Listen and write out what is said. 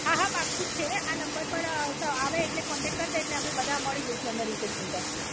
હા હા પાક્કું જ છે આ નંબર પર આવે એટલે કોન્ટેક્ટ કરી દે એટલે અમે બધા મળી જઈશું એમને રિસેપ્સન પર